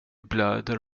blöder